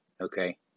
Okay